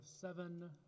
seven